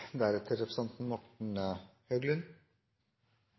kommentarer: Representanten Morten Høglund